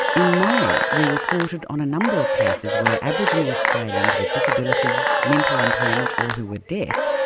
in may, we reported on a number of cases where aboriginal australians with disabilities, mental impairment or who were deaf,